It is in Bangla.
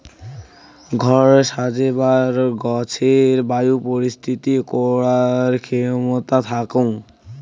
ঘর সাজেবার গছের বায়ু পরিশ্রুতি করার ক্ষেমতা থাকং